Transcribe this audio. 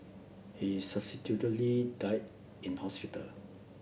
he subsequently died in hospital